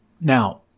Now